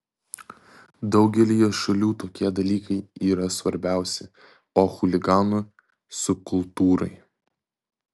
daugelyje šalių tokie dalykai yra svarbiausi o chuliganų subkultūrai